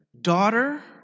daughter